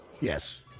yes